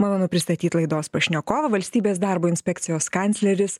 malonu pristatyt laidos pašnekovą valstybės darbo inspekcijos kancleris